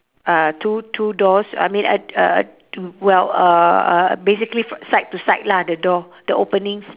uh two two doors I mean uh uh uh well uh uh basically side to side lah the door the openings